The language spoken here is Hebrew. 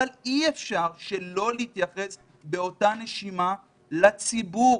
אבל אי אפשר שלא להתייחס באותה נשימה לציבור,